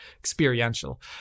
experiential